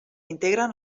integren